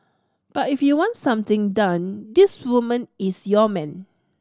but if you want something done this woman is your man